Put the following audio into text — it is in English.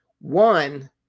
One